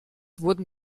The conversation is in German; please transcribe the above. wurden